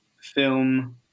film